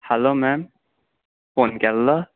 hello ma'am phone केल्लो